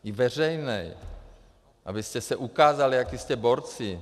I veřejný, abyste se ukázali, jací jste borci.